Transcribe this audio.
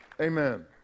Amen